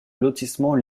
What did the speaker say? lotissement